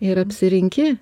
ir apsirinki